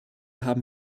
haben